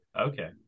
okay